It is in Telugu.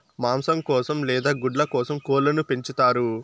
మాంసం కోసం లేదా గుడ్ల కోసం కోళ్ళను పెంచుతారు